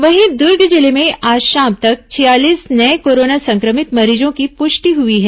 वहीं दुर्ग जिले में आज शाम तक छियालीस नये कोरोना संक्रमित मरीजों की पुष्टि हुई है